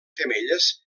femelles